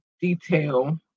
detail